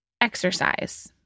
exercise